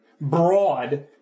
broad